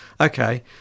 okay